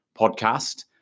podcast